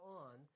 on